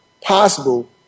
possible